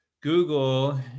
Google